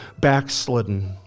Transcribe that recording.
backslidden